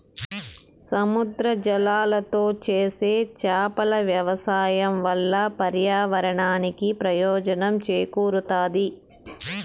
సముద్ర జలాలతో చేసే చేపల వ్యవసాయం వల్ల పర్యావరణానికి ప్రయోజనం చేకూరుతాది